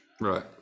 Right